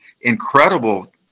incredible